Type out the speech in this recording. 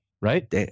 Right